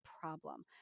problem